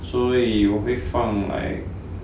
so 我们会放 like